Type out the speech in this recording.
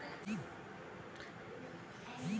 भारत में फसल उत्सव जोर शोर से मनाया जाता है